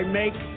make